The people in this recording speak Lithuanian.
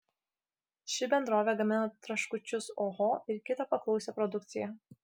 ši bendrovė gamina traškučius oho ir kitą paklausią produkciją